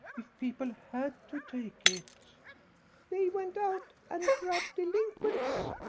if people had to take it they went out and grabbed delinquents,